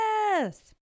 yes